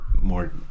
more